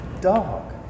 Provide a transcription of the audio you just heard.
dog